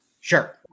sure